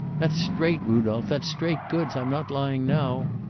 that's straight, rudolph. that's straight goods. i'm not lying now.